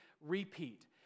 repeat